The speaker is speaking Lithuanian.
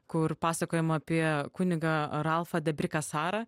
kur pasakojama apie kunigą ralfą debrikasarą